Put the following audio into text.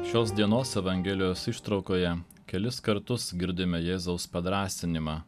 šios dienos evangelijos ištraukoje kelis kartus girdime jėzaus padrąsinimą